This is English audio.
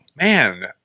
man